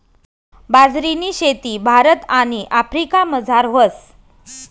बाजरीनी शेती भारत आणि आफ्रिकामझार व्हस